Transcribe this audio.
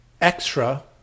extra